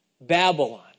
Babylon